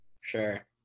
sure